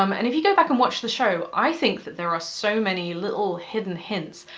um and if you go back and watch the show, i think that there are so many little hidden hints.